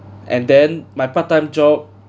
and then my part time job